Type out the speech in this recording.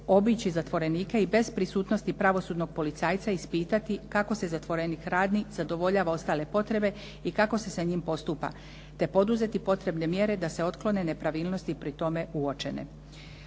obići zatvorenike i bez prisutnosti pravosudnog policajca ispitati kako se zatvorenik hrani, zadovoljava ostale potrebe i kako se sa njim postupa, te poduzeti potrebne mjere da se otklone nepravilnosti pri tome uočene.